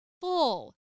full